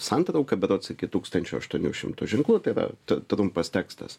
santrauka berods iki tūkstančio aštuonių šimtų ženklų apie tra trumpas tekstas